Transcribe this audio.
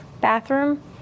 bathroom